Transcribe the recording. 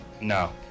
No